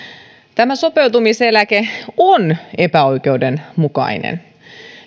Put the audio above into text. tämä sopeutumiseläke on epäoikeudenmukainen